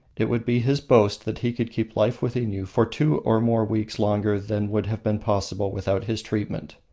it would be his boast that he could keep life within you for two or more weeks longer than would have been possible without his treatment.